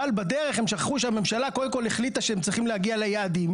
אבל בדרך הם שכחו שהממשלה קודם כול החליטה שהם צריכים להגיע ליעדים,